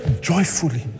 joyfully